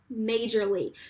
majorly